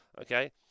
Okay